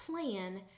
plan